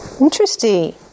Interesting